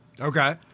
Okay